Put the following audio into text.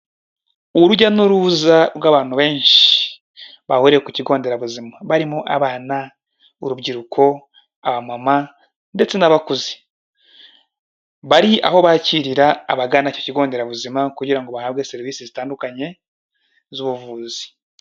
Urujya n'uruza rw'abantu benshi bahuriye ku kigo nderabuzima, barimo: abana, urubyiruko abamama ndetse n'abakuze, bari aho bakirira abagana icyo kigonderabuzima kugira ngo bahabwe serivisi zitandukanye z'ubuvuzi.